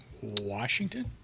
Washington